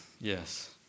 yes